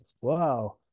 wow